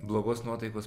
blogos nuotaikos